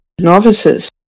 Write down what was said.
novices